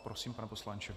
Prosím, pane poslanče.